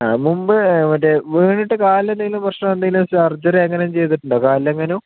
ആ മുമ്പ് മറ്റെ വീണിട്ട് കാലിന് എന്തെങ്കിലും പ്രശ്നം എന്തെങ്കിലും സർജറി അങ്ങനെ എന്തെങ്കിലും ചെയ്തിട്ടുണ്ടോ കാലിലെങ്ങാനും